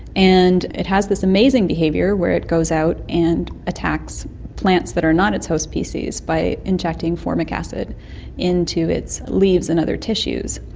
and it has this amazing behaviour where it goes out and attacks plants that are not its host species by injecting formic acid into its leaves and other tissues.